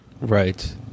Right